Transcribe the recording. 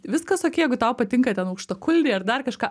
viskas okei jeigu tau patinka ten aukštakulniai ar dar kažką